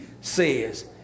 says